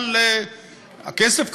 אבל הכסף,